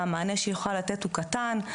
המענה שהיא יכולה לתת הוא קטן,